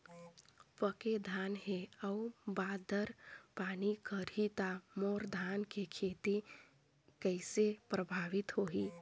पके धान हे अउ बादर पानी करही त मोर धान के खेती कइसे प्रभावित होही?